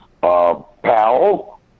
Powell